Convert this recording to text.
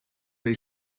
they